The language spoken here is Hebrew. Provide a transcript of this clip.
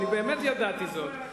באמת ידעתי זאת.